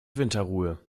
winterruhe